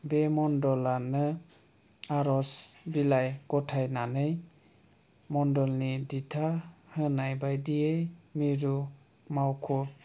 बे मन्दलआनो आर'ज बिलाइ गथायनानै मन्दलनि दिथा होनाय बायदियै मिरु मावख'